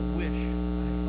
wish